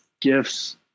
gifts